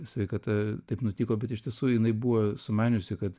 sveikata taip nutiko bet iš tiesų jinai buvo sumaniusi kad